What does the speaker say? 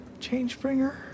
Changebringer